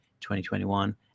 2021